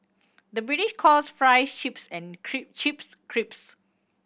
the British calls fries chips and chips crisps